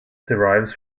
derives